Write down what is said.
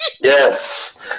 Yes